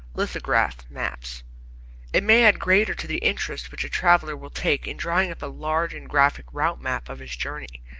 lithograph maps it may add greatly to the interest which a traveller will take in drawing up a large and graphic route-map of his journey,